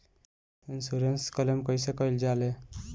Insurance claim कइसे कइल जा ले?